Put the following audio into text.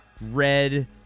red